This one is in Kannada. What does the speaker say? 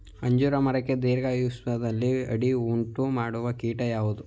ಅಂಜೂರ ಮರಕ್ಕೆ ದೀರ್ಘಾಯುಷ್ಯದಲ್ಲಿ ಅಡ್ಡಿ ಉಂಟು ಮಾಡುವ ಕೀಟ ಯಾವುದು?